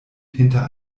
hinter